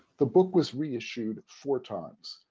the book was reissued four times,